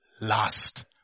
last